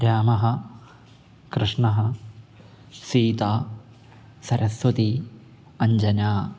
रामः कृष्णः सीता सरस्वती अञ्जना